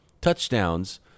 touchdowns